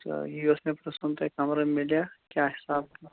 تہٕ یی اوس مےٚ پرٕٛژھُن تۄہہِ کَمرٕ میلیٛا کیٛاہ حساب